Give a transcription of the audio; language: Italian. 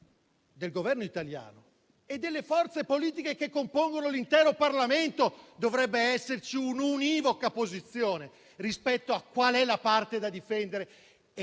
del Governo italiano e delle forze politiche che compongono l'intero Parlamento dovrebbe esserci una posizione univoca rispetto a quale sia la parte da difendere e